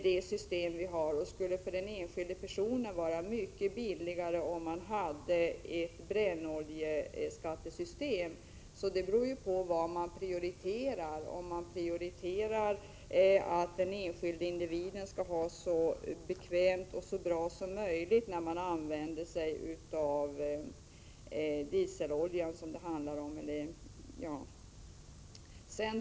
Det skulle för den enskilde personen vara mycket billigare, om vi hade ett brännoljeskattesystem. Vilket system som är att föredra beror alltså på vad man prioriterar. Om man prioriterar att den enskilde individen skall ha det så bekvämt och bra som möjligt, när han använder sig av dieselolja, som det ju handlar om, då är kilometerskattesystemet inte det bästa.